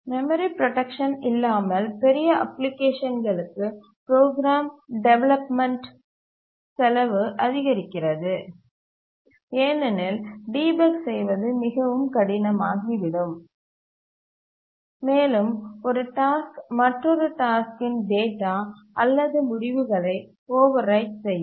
memory protection இல்லாமல் பெரிய அப்ளிகேஷன்களுக்கு ப்ரோக்ராம் டெவலப்மென்ட் செலவு அதிகரிக்கிறது ஏனெனில் டிபக் செய்வது மிகவும் கடினமாகிவிடும் மேலும் ஒரு டாஸ்க் மற்றொரு டாஸ்க்கின் டேட்டா அல்லது முடிவுகளை ஓவர்ரைட் செய்யும்